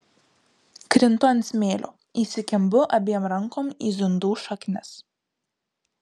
krintu ant smėlio įsikimbu abiem rankom į zundų šaknis